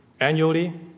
Annually